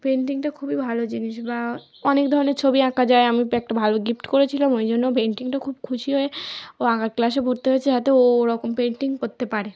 পেন্টিংটা খুবই ভালো জিনিস বা অনেক ধরনের ছবি আঁকা যায় আমি তো একটা ভালো গিফট করেছিলাম ওই জন্য পেন্টিংটা খুব খুশি হয়ে ও আঁকার ক্লাসে ভর্তি হয়েছে যাতে ও ওরকম পেন্টিং করতে পারে